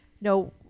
no